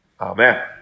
Amen